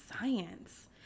science